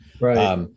Right